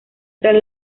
tras